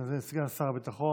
אני מזמין את סגן שר הביטחון